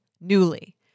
Newly